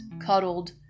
cuddled